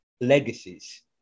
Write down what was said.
legacies